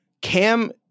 Cam